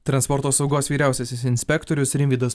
transporto saugos vyriausiasis inspektorius rimvydas